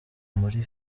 muri